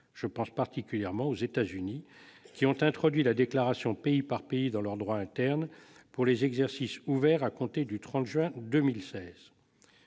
Je pense particulièrement aux États-Unis, qui ont introduit la déclaration pays par pays dans leur droit interne pour les exercices ouverts à compter du 30 juin 2016.